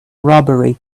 robbery